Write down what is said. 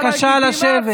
בבקשה לשבת.